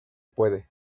puede